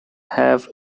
have